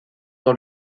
dans